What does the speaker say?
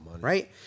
Right